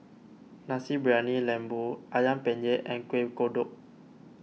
Nasi Briyani Lembu Ayam Penyet and Kueh Kodok